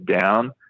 down